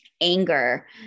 anger